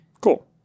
Cool